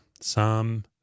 Psalm